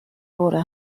bore